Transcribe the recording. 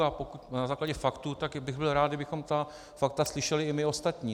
A pokud na základě faktů, tak bych byl rád, kdybychom ta fakta slyšeli i my ostatní.